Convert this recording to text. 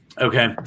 Okay